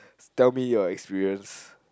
tell me your experience